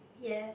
yes